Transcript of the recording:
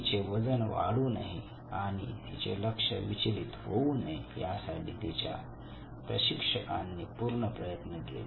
तिचे वजन वाढू नये किंवा तिचे लक्ष विचलीत होऊ नये यासाठी तिच्या प्रशिक्षकांनी पूर्ण प्रयत्न केले